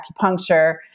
acupuncture